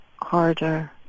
harder